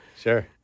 Sure